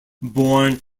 born